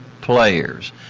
players